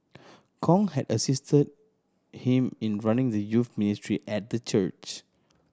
Kong had assisted him in running the youth ministry at the church